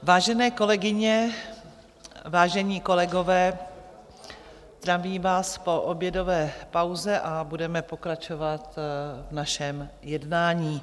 Vážené kolegyně, vážení kolegové, zdravím vás po obědové pauze a budeme pokračovat v našem jednání.